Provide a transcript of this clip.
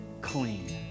clean